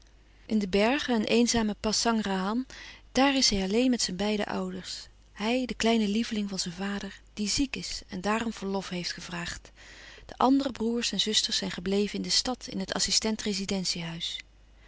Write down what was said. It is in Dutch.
in de bergen een eenzame pasangrahan daar is hij alleen met zijn beide ouders hij de kleine lieveling van zijn vader die ziek is en daarom verlof heeft gevraagd de andere broêrs en zusters zijn gebleven in de stad in het assistent rezidentie huis